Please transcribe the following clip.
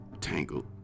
tangled